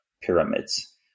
pyramids